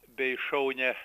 bei šaunią